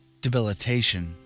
debilitation